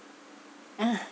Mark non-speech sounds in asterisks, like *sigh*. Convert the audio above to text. *noise*